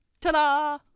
Ta-da